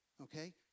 Okay